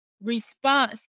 response